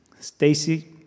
Stacy